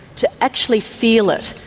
to actually feel it,